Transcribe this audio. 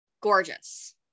gorgeous